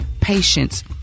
patience